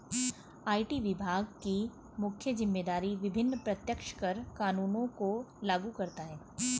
IT विभाग की मुख्य जिम्मेदारी विभिन्न प्रत्यक्ष कर कानूनों को लागू करता है